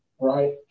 Right